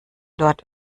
dort